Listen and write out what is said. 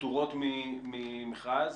פטורות ממכרז?